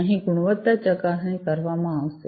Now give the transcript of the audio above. અહીં ગુણવત્તા ચકાસણી કરવામાં આવશે